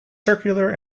circular